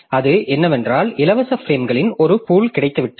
அது என்னவென்றால் இலவச பிரேம்களின் ஒரு பூல் கிடைத்துவிட்டது